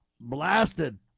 blasted